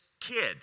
kid